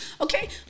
Okay